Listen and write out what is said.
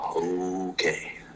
okay